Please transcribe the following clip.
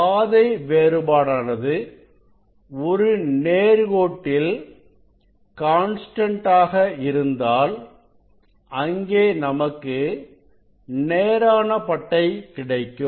பாதை வேறுபாடானது ஒரு நேரான கோட்டில் கான்ஸ்டன்ட் ஆக இருந்தால் அங்கே நமக்கு நேரான பட்டை கிடைக்கும்